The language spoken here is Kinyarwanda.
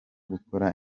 gukora